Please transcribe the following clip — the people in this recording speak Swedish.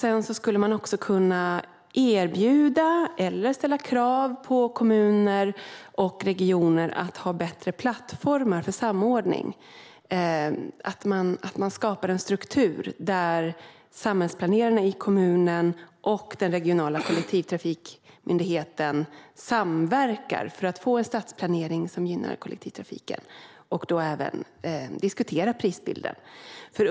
Man skulle också kunna erbjuda eller ställa krav på kommuner och regioner att ha bättre plattformar för samordning och skapa en struktur där samhällsplanerarna i kommunen och den regionala kollektivtrafikmyndigheten samverkar för att få en stadsplanering som gynnar kollektivtrafiken, och då även diskutera prisbilden.